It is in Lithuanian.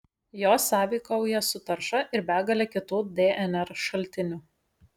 jos sąveikauja su tarša ir begale kitų dnr šaltinių